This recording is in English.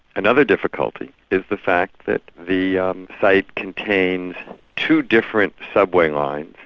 another difficulty is the fact that the um site contains two different subway lines,